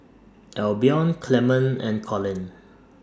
Albion Clement and Collin